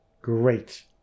great